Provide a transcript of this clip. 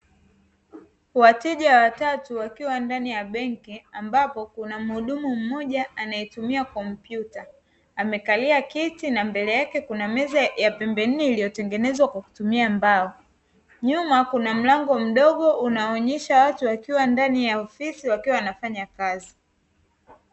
Wateja watatu wakiwa ndani ya benki ambapo kuna muhudumu mmoja anayetumia kompyuta amekalia kiti na mbele yake kuna meza ya pembe nne iliyotengenezwa kwa kutumia mbao, nyuma kuna mlango mdogo unaoonesha watu wakiwa ndani ya ofisi wakiwa wanafanya kazi.